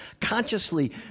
consciously